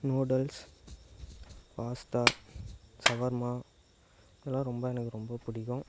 noodles pasta shawarma இதெலாம் ரொம்ப எனக்கு ரொம்ப பிடிக்கும்